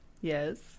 Yes